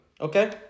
Okay